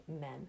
men